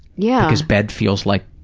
ya. because bed feels like,